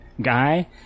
guy